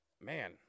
Man